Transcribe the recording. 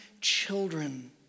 children